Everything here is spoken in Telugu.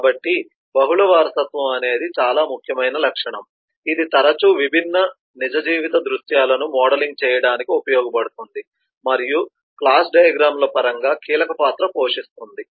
కాబట్టి బహుళ వారసత్వం అనేది చాలా ముఖ్యమైన లక్షణం ఇది తరచూ విభిన్న నిజ జీవిత దృశ్యాలను మోడలింగ్ చేయడానికి ఉపయోగించబడుతుంది మరియు క్లాస్ డయాగ్రామ్ ల పరంగా కీలక పాత్ర పోషిస్తుంది